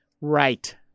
Right